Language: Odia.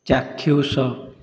ଚାକ୍ଷୁଷ